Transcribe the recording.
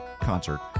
concert